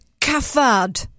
cafard